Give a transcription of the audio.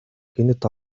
гэнэт